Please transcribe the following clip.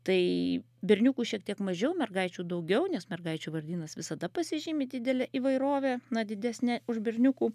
tai berniukų šiek tiek mažiau mergaičių daugiau nes mergaičių vardynas visada pasižymi didele įvairove na didesne už berniukų